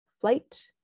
flight